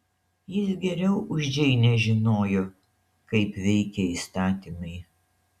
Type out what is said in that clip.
jis geriau už džeinę žinojo kaip veikia įstatymai